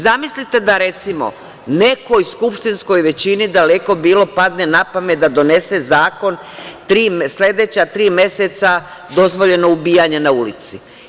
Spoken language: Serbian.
Zamislite da, recimo, nekoj skupštinskoj većini, daleko bilo, padne na pamet da donese zakon – sledeća tri meseca dozvoljeno ubijanje na ulici.